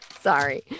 sorry